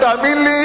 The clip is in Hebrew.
תאמין לי,